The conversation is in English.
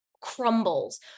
crumbles